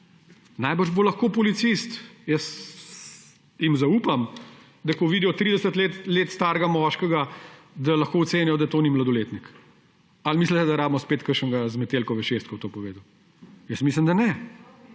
Najbrž bo lahko policist, jaz jim zaupam, da ko vidijo 30 let starega moškega, da lahko ocenijo, da to ni mladoletnik. Ali mislite, da rabimo spet kakšnega z Metelkove 6, ki bo to povedal? Mislim, da ne.